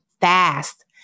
fast